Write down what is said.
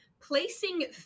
Placing